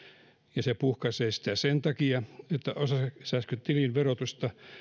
ja se puhkaisee sitä sen takia että osakesäästötilin verotuksesta